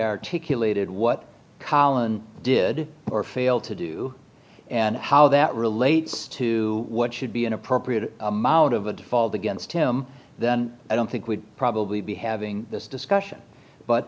articulated what collin did or failed to do and how that relates to what should be an appropriate amount of a default against him then i don't think we'd probably be having this discussion but